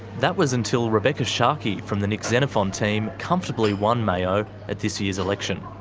that was until rebekha sharkie from the nick xenophon team comfortably won mayo at this year's election.